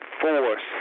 force